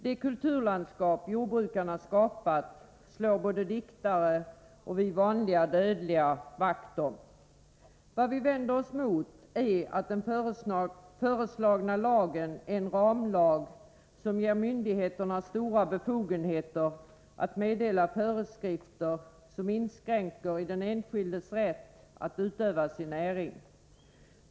Det kulturlandskap jordbrukarna skapat slår både diktare och vi vanliga dödliga vakt om. Vad vi vänder oss mot är att den föreslagna lagen är en ramlag, som ger myndigheterna stora befogenheter att meddela föreskrifter som inskränker den enskildes rätt att utöva sin näring.